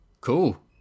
Cool